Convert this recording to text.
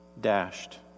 Dashed